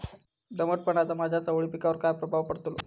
दमटपणाचा माझ्या चवळी पिकावर काय प्रभाव पडतलो?